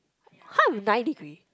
!huh! nine degree